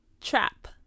trap